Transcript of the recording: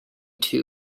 two